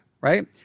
right